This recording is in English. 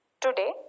today